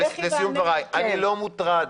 לסיום דבריי, אני לא מוטרד